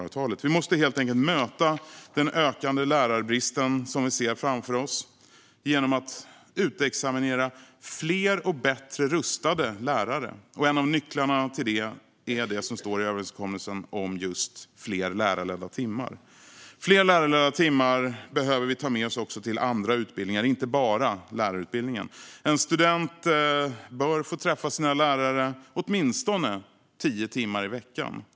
Vi måste helt enkelt möta den ökande lärarbrist som vi ser framför oss genom att utexaminera fler och bättre rustade lärare. En av nycklarna till detta är det som står i överenskommelsen om just fler lärarledda timmar. Fler lärarledda timmar behöver vi ta med oss också till andra utbildningar, inte bara till lärarutbildningen. En student bör få träffa sina lärare åtminstone tio timmar i veckan.